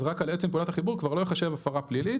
אז רק על עצם פעולת החיבור כבר לא ייחשב כהפרה פלילית.